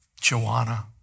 Joanna